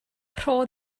rho